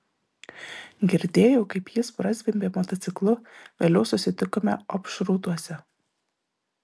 girdėjau kaip jis prazvimbė motociklu vėliau susitikome opšrūtuose